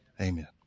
Amen